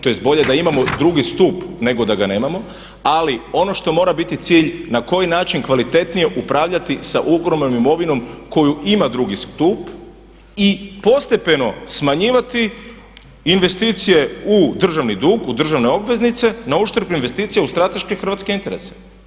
Tj., bolje da imamo 2. stup nego da ga nemamo ali ono što mora biti cilj na koji način kvalitetnije upravljati sa ogromnom imovinom koju ima drugi stup i postepeno smanjivati investicije u državni dug, u državne obveznice na uštrb investicija u strateške Hrvatske interese.